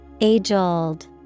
Age-old